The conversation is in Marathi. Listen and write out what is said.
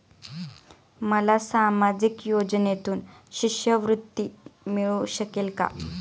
मला सामाजिक योजनेतून शिष्यवृत्ती मिळू शकेल का?